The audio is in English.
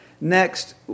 next